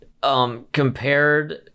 Compared